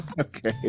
Okay